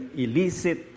illicit